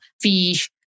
fish